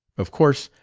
of course.